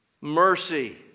mercy